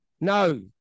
no